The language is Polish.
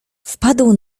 wpadł